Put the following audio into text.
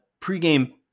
pregame